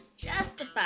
justified